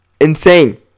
Insane